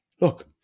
look